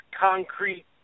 concrete